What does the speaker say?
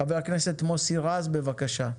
חבר הכנסת מוסי רז, בבקשה.